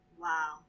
Wow